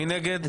מי נגד?